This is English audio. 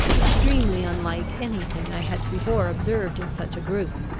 extremely unlike any thing i had before observed in such a group.